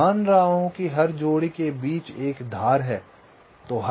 मैं मान रहा हूं कि हर जोड़ी के बीच एक धार है